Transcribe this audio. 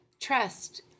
trust